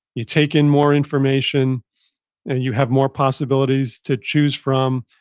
you take in more information, and you have more possibilities to choose from,